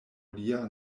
lia